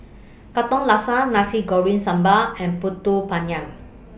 Katong Laksa Nasi Goreng Sambal and Pulut Panggang